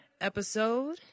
episode